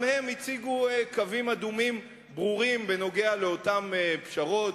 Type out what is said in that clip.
גם הם הציגו קווים אדומים ברורים במה שקשור לאותן פשרות,